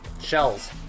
Shells